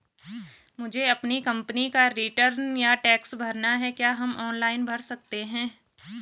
मुझे अपनी कंपनी का रिटर्न या टैक्स भरना है क्या हम ऑनलाइन भर सकते हैं?